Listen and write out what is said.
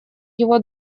его